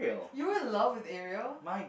you in love with Ariel